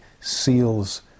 seals